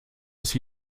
ist